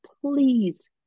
please